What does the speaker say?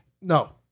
No